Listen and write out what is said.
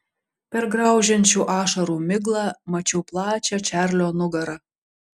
per graužiančių ašarų miglą mačiau plačią čarlio nugarą